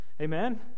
Amen